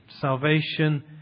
salvation